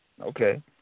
Okay